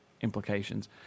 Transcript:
implications